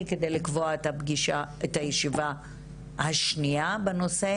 כדי לקבוע את הישיבה השנייה בנושא,